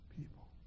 people